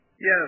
Yes